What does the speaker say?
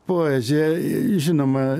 poezijoj žinoma